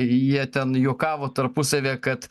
jie ten juokavo tarpusavyje kad